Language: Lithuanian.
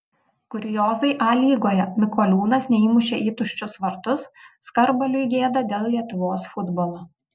kuriozai a lygoje mikoliūnas neįmušė į tuščius vartus skarbaliui gėda dėl lietuvos futbolo